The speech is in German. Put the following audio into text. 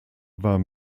war